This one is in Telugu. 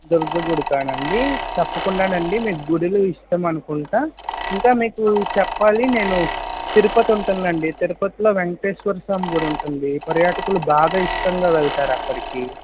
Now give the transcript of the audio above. దుర్గ గుడికానండి తప్పకుండానండి మీకు గుడులు ఇష్టం అనుకుంటా ఇంకా మీకు చెప్పాలి నేను తిరపతి ఉంటుందండి తిరుపతిలో వేంకటేశ్వర స్వామి గుడి ఉంటుంది పర్యాటకులు బాగా ఇష్టంగా వెళ్తారు అక్కడికి